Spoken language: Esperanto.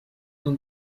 nun